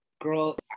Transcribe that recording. Girl